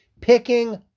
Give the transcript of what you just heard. Picking